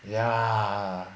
ya